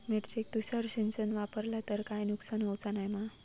मिरचेक तुषार सिंचन वापरला तर काय नुकसान होऊचा नाय मा?